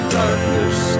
darkness